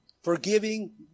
forgiving